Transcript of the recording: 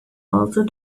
also